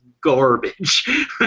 garbage